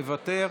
מוותר.